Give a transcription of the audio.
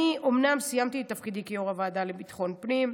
אני אומנם סיימתי את תפקידי כיושבת-ראש הוועדה לביטחון הפנים,